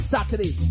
Saturday